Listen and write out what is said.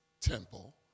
temple